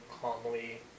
calmly